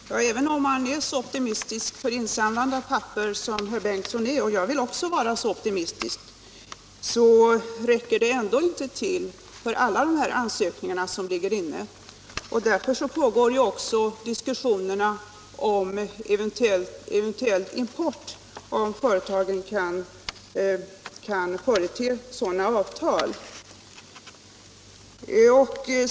Herr talman! Även om man är optimistisk till insamlande av papper som herr Bengtsson är — och jag vill också vara så optimistisk — så räcker det ändå inte till för alla de ansökningar som ligger inne. Därför pågår också diskussionerna om eventuell import om företagen kan förete sådana avtal.